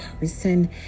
person